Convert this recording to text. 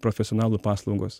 profesionalų paslaugos